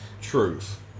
truth